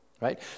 right